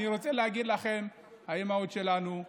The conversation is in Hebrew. אני רוצה להגיד לכן, האימהות שלנו,